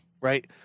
right